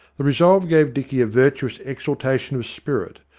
the resolve gave dicky a virtuous exaltation of spirit,